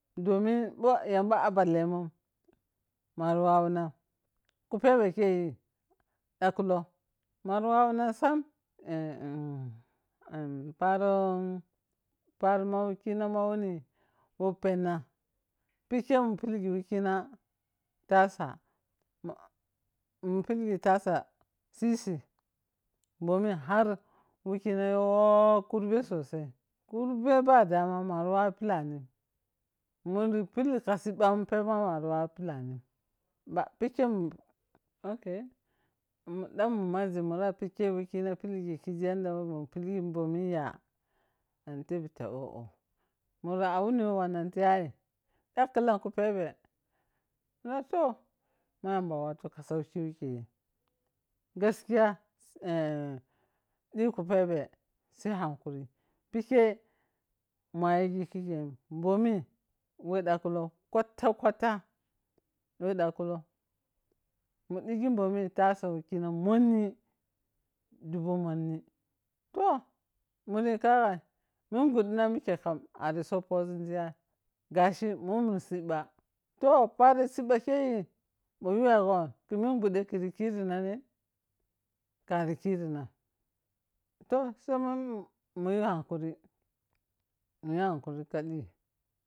Domin bho yamba a ballemun mari wa wunan kupebeken ɗakkulou, mari wawu nan sam eh paro, paro ma wikina ma wani whe penna, pike mun pilgi wekina tasa, mun pilgi tasa, sisi, bomi har wikina yoh kurbe sosai, kurbe ba dama mari wawi pilani, munri pit, ka sibbamun pep ma mari wawu pilani ba pikke um ok, ɗan mun maȝi mura pikke wekina pilgi kiȝi yadda whe mun pilgi bomin ya? Ɗan tebi ta oh-oh, mura a wini whe wannan tiya ya? Ɗagkhutsuku pebe mura toh, ma yamba wattun ka sauki wukei. Gaskiya, eh dhi kupebe sai hunkuri pikke mayigi kikken bomi whe dagkhulou kwata-kwata, whe dagkhulou mun digi bomi tasa wekina monni dubu monni oh, munyi ka yagai? Mun gundina mikeka ari sob poȝun tiyai gashi mu mun sibba toh pari sibba khei bho yuwego khe mun gude khiri kirina ne? Kari kirinan toh, sai mun, muyi hakuri, muyi hakuri ka ɗhi.